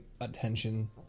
attention